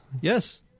Yes